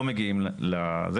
לא מגיעים לחברת הגבייה,